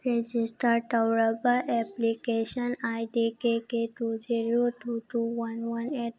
register ꯇꯧꯔꯕ application I D K K two zero two two one one eight